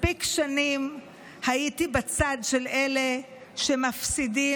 מספיק שנים הייתי בצד של אלה שמפסידים,